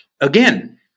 Again